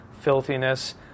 filthiness